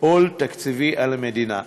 עול תקציבי על המדינה.